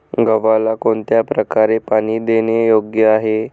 गव्हाला कोणत्या प्रकारे पाणी देणे योग्य आहे?